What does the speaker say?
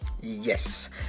Yes